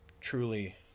truly